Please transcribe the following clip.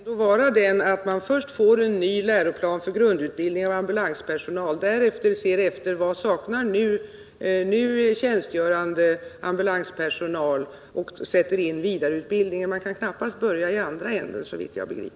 Fru talman! Ordningen måste ändå vara den att man först får en ny läroplan för grundutbildning av ambulanspersonal, därefter ser över vad nu tjänstgörande ambulanspersonal saknar i fråga om utbildning och sedan sätter in vidareutbildning. Man kan, såvitt jag förstår, knappast börja i andra ändan.